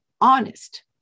honest